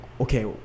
okay